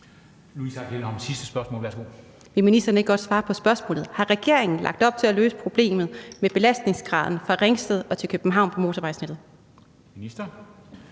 Vil ministeren ikke godt svare på spørgsmålet: Har regeringen lagt op til at løse problemet med belastningsgraden fra Ringsted til København på motorvejsnettet? Kl.